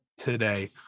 today